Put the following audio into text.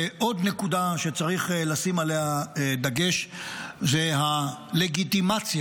ועוד נקודה שצריך לשים עליה דגש זה הלגיטימציה,